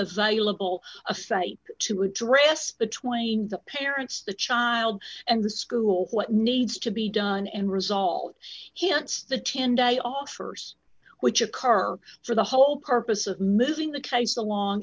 local a site to address the twain the parents the child and the school what needs to be done and resolved he wants the ten day offers which occur for the whole purpose of moving the case along